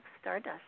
stardust